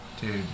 dude